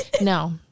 No